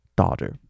daughter